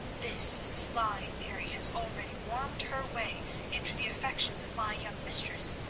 this sly mary has already wormed her way into the affections of my young mistress,